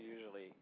usually